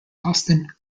austen